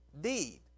deed